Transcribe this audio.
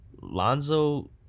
lonzo